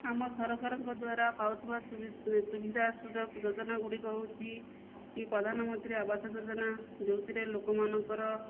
ଆମ ସରକାରଙ୍କ ଦ୍ୱାରା ପାଉଥିବା ସୁବିଧା ସୁଯୋଗ ଯୋଜନାଗୁଡ଼ିକ ହେଉଛି କି ପ୍ରଧାନମନ୍ତୀ ଆବାସ ଯୋଜନା ଯେଉଁଥିରେ ଲୋକମାନଙ୍କର